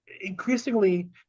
increasingly